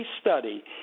study